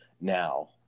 now